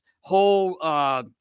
whole